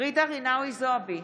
ג'ידא רינאוי זועבי,